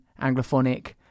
Anglophonic